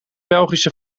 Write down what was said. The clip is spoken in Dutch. belgische